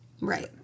right